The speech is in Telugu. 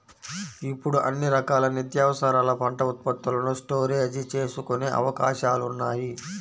ఇప్పుడు అన్ని రకాల నిత్యావసరాల పంట ఉత్పత్తులను స్టోరేజీ చేసుకునే అవకాశాలున్నాయి